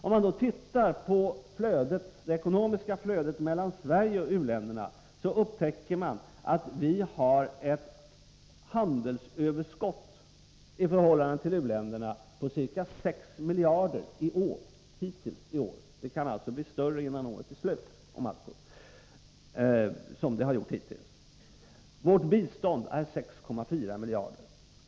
Om man då tittar på det ekonomiska flödet mellan Sverige och u-länderna, upptäcker man att vi har ett handelsöverskott i förhållande till u-länderna på ca 6 miljarder kronor hittills i år — det kan alltså bli större innan 21 ka utvecklingen i u-länderna året är slut om allt går som det har gjort hittills. Vårt bistånd är 6,4 miljarder kronor.